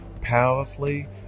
Powerfully